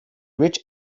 rich